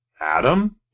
Adam